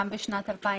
גם בשנת 2018,